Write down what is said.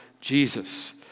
Jesus